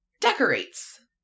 decorates